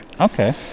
Okay